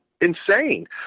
insane